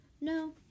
No